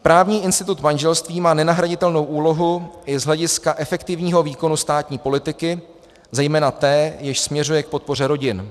Právní institut manželství má nenahraditelnou úlohu i z hlediska efektivního výkonu státní politiky, zejména té, jež směřuje k podpoře rodin.